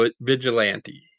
Vigilante